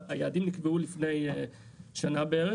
היעדים נקבעו לפני שנה בערך,